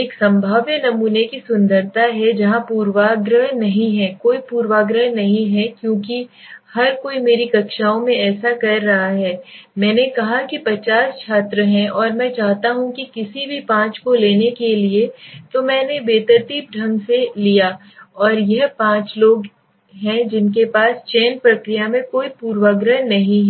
एक संभाव्य नमूने की सुंदरता है जहां पूर्वाग्रह नहीं है कोई पूर्वाग्रह नहीं है क्योंकि हर कोई मेरी कक्षाओं में ऐसा कर रहा है मैंने कहा कि 50 छात्र हैं और मैं चाहता हूं किसी भी पाँच को लेने के लिए तो मैंने बेतरतीब ढंग से लिया और यह पाँच ऐसे लोग हैं जिनके पास चयन प्रक्रिया में कोई पूर्वाग्रह नहीं है